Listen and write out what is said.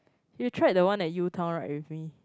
you tried the one at U-Town right with me